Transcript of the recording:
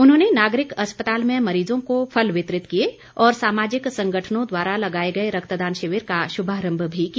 उन्होंने नागरिक अस्पताल में मरीजों को फल वितरित किए और सामाजिक संगठनों द्वारा लगाए गए रक्तदान शिविर का शुभारम्भ भी किया